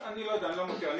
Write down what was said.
אני לא יודע, אני לא מכיר.